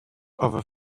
over